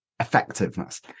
effectiveness